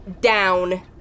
down